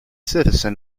citizen